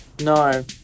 No